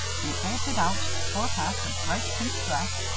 he bolted out, tore past a bright pink dress,